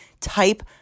type